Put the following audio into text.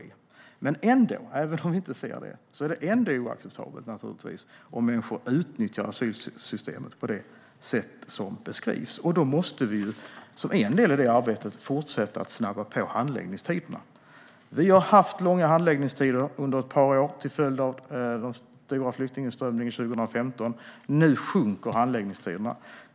Men även om vi inte ser den utvecklingen är det naturligtvis oacceptabelt om människor utnyttjar asylsystemet på det sätt som beskrivs. Då måste vi som en del i arbetet fortsätta att snabba på handläggningstiderna. Vi har haft långa handläggningstider under ett par år till följd av den stora flyktinginströmningen 2015. Nu minskar handläggningstiderna.